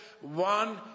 one